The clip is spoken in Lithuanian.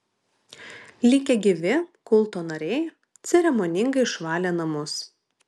likę gyvi kulto nariai ceremoningai išvalė namus